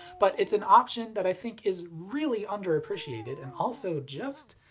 but it's an option that i think is really underappreciated and also just,